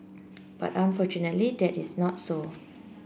but unfortunately that is not so